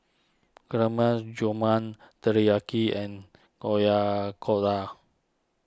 Gulab Jamun Teriyaki and Oyakoda